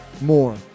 More